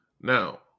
Now